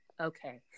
Okay